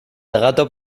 gato